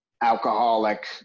alcoholic